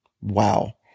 Wow